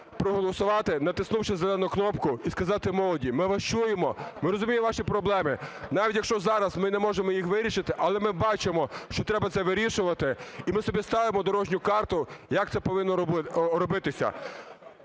проголосувати, натиснувши зелену кнопку, і сказати молоді: ми вас чуємо, ми розуміємо ваші проблеми. Навіть, якщо зараз ми не можемо їх вирішити, але ми бачимо, що треба це вирішувати і ми собі ставимо дорожню карту, як це повинно робитися.